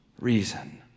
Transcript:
reason